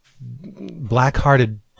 black-hearted